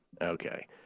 Okay